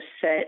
set